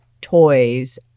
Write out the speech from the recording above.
toys